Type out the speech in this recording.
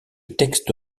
texte